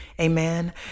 Amen